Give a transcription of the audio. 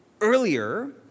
earlier